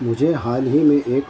مجھے حال ہی میں ایک